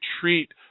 treat